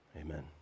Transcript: Amen